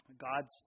God's